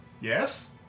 Yes